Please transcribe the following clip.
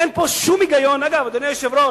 אין פה שום היגיון, אגב, אדוני היושב-ראש.